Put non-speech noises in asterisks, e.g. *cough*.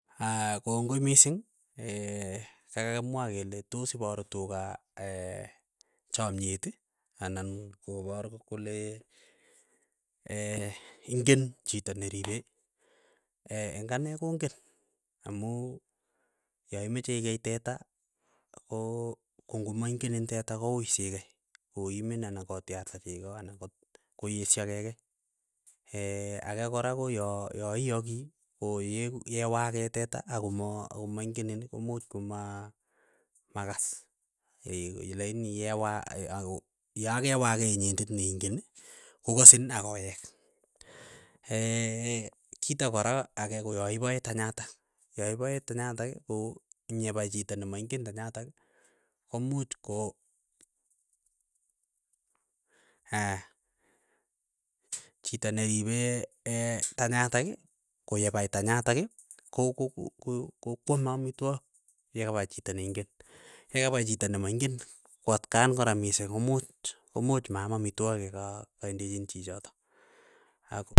Aya kongoi misiing, ee kakakimwa kelee tos iporu tuga, *hesitation* chayeti. Anan kopor kole *hesitation* ingen chito niripe, *hesitation* ing anee kongen amuu, yoimeche ikei teta koo ko ngomaingenin teta koui sigei. Koimin anan kotiarta chego anan koesyo kekei. Eeh ake kora ya koyoiyagii koo yewagee teta, akoma akomaingenin komuuch koma magas *hesitation* ko yelaini yewa ako yakewagee inyendet neingenii, kokasi akoweg. *hesitation* kito kora agee koyoipoe tanyatak yoipoe tanyak ko ngyepai chito nemaing'en tanyataki komuuch ko, *hesitation* aya chito neripee *hesitation* tanyataki koyepai tanyatakii kokokoko ko kwame amitwok yekapai chito neingen. Yekapai chito nemaing'en ko atkan kora missek kumuuuch komuch maam aitwogik kei kaindechin chichoto.